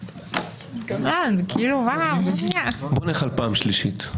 בואו נלך על פעם שלישית.